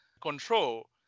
control